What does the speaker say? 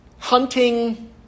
hunting